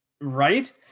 Right